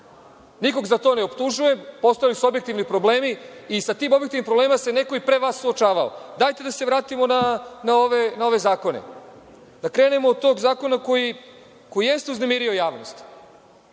Nikog za to ne optužujem, postojali su objektivni problemi i sa tim objektivnim problemima se neko i pre vas suočavao. Dajte da se vratimo na ove zakone, da krenemo od tog zakona koji jeste uznemirio javnost,